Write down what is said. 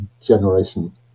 generation